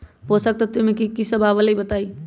पोषक तत्व म की सब आबलई बताई?